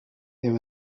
there